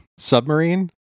Submarine